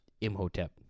Imhotep